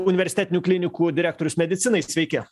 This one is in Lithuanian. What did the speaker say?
universitetinių klinikų direktorius medicinai sveiki